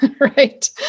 right